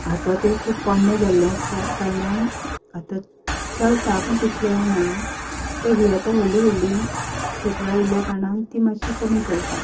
आतां तें खूब पोरणें जाल्लें आसा कारणान आतां चलता पूण तितलें ना किद्या ही आतां व्हडली व्हडली थेटरां येयल्या कारणान तीं मातशीं कमी चलता